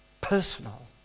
personal